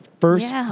first